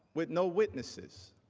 with no witnesses?